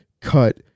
cut –